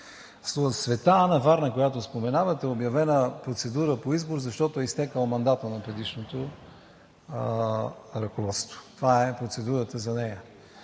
„Света Анна“ – Варна, която споменавате, е с обявена процедура по избор, защото е изтекъл мандатът на предишното ръководство. Това е процедурата за нея.